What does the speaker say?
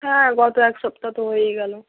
হ্যাঁ গত এক সপ্তাহ তো হয়েই গেল